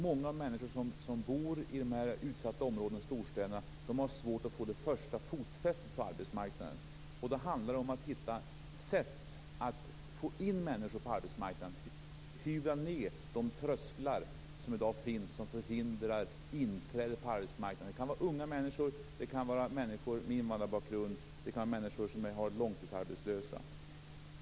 Många människor som bor i utsatta områden i storstäderna har svårt att få det första fotfästet på arbetsmarknaden. Det handlar alltså om att hitta sätt att få in människor på arbetsmarknaden, om att hyvla ned de trösklar som i dag finns och som förhindrar inträde på arbetsmarknaden. Det kan vara fråga om unga människor, människor med invandrarbakgrund eller människor som är långtidsarbetslösa.